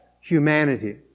humanity